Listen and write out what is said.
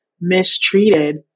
mistreated